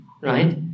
right